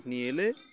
নিয়ে এলে